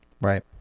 Right